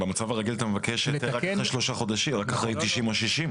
במצב הרגיל אתה מבקש היתר רק אחרי 90 או 60,